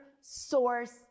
source